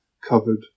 covered